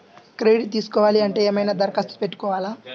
Credit తీసుకోవాలి అంటే ఏమైనా దరఖాస్తు పెట్టుకోవాలా?